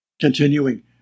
Continuing